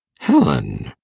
helen!